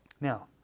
Now